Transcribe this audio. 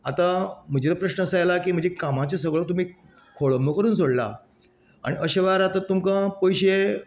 आता म्हजेर प्रस्न असो आयला की म्हज्या कामाच्यो सगळो तुमी खोळंब करून सोडला आनी अशें वेळार तुमकां पयशें